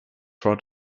for